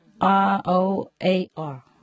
R-O-A-R